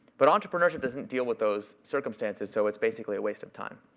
but entrepreneurship doesn't deal with those circumstances. so it's basically a waste of time.